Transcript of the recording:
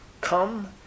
come